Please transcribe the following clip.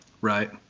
Right